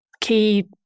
key